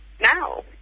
now